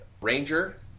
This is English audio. ranger